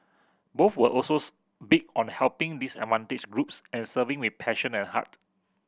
both were also big on helping disadvantaged groups and serving with passion and heart